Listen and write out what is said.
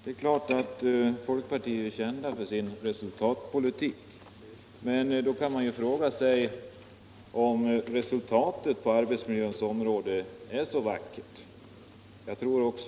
Herr talman! Det är klart att folkpartiet är känt för sin resultatpolitik, men man kan fråga sig om resultatet på arbetsmiljöns område är så vackert. Folkpartiet